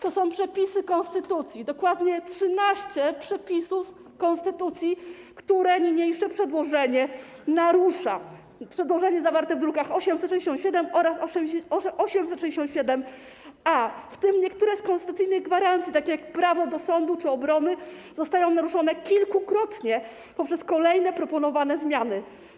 To są przepisy konstytucji, dokładnie 13 przepisów konstytucji, które niniejsze przedłożenie narusza, przedłożenie zawarte w drukach nr 867 oraz 867-A, w tym niektóre z konstytucyjnych gwarancji, takie jak prawo do sądu czy obrony, zostały naruszone kilkukrotnie poprzez kolejne proponowane zmiany.